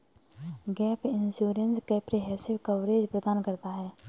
gap insurance comprehensive coverage प्रदान करता है